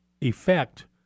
effect